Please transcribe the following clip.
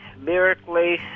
Lyrically